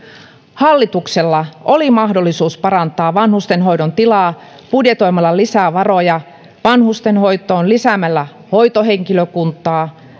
hallituksella oli mahdollisuus parantaa vanhustenhoidon tilaa budjetoimalla lisää varoja vanhustenhoitoon lisäämällä hoitohenkilökuntaa